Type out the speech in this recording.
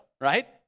right